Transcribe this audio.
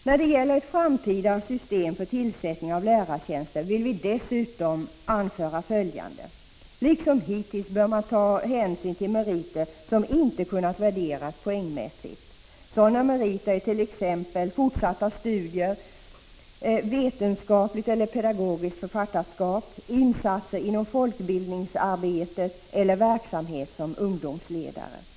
När det gäller ett framtida system för tillsättning av lärartjänster vill vi dessutom anföra följande. Liksom hittills bör man ta hänsyn till meriter som inte kunnat värderas poängmässigt. Sådana meriter är t.ex. fortsatta studier, vetenskapligt eller pedagogiskt författarskap, insatser inom folkbildningsarbetet eller verksamhet som ungdomsledare. 13 Prot.